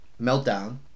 Meltdown